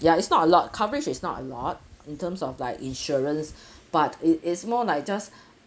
ya it's not a lot coverage is not a lot in terms of like insurance but it is more like just